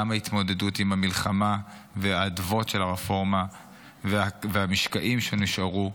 גם ההתמודדות עם המלחמה והאדוות של הרפורמה והמשקעים שנשארו,